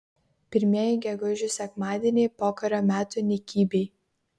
pirmieji gegužių sekmadieniai pokario metų nykybėj